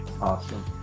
Awesome